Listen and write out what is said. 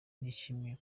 nishimye